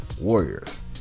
Warriors